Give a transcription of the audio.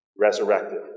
resurrected